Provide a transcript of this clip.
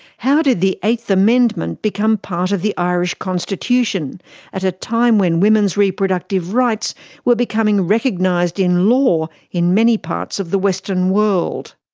how did the eighth amendment become part of the irish constitution at a time when women's reproductive rights were becoming recognised in law in many parts of the western world?